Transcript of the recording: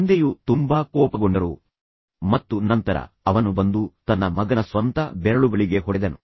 ತಂದೆಯು ತುಂಬಾ ಕೋಪಗೊಂಡರು ಮತ್ತು ನಂತರ ಅವನು ಬಂದು ತನ್ನ ಮಗನ ಸ್ವಂತ ಬೆರಳುಗಳಿಗೆ ಹೊಡೆದನು